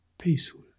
peaceful